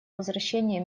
возвращение